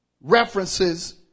references